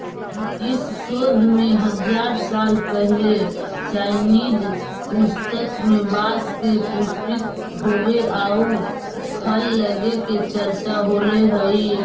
इस शोध में हजार साल पहिले चाइनीज पुस्तक में बाँस के पुष्पित होवे आउ फल लगे के चर्चा होले हइ